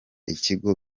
ikigo